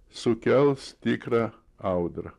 sukels tikrą audrą